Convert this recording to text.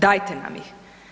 Dajte nam ih.